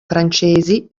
francesi